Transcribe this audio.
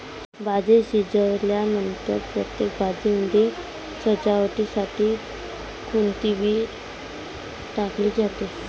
भाजी शिजल्यानंतर प्रत्येक भाजीमध्ये सजावटीसाठी कोथिंबीर टाकली जाते